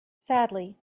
sadly